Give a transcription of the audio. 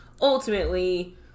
Ultimately